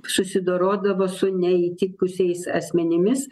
susidorodavo su neįtikusiais asmenimis